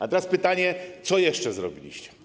A teraz pytanie, co jeszcze zrobiliście.